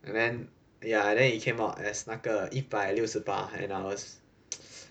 and then ya then it came out as 那个一百六十八 and I was